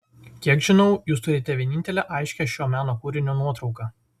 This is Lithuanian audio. kiek žinau jūs turite vienintelę aiškią šio meno kūrinio nuotrauką